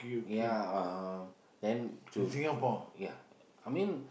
ya uh then to uh ya I mean